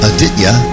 Aditya